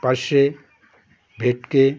পারশে ভেটকি